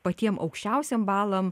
patiem aukščiausiem balam